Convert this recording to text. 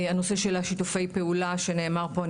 הנושא של שיתופי פעולה שנאמר פה,